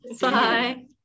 Bye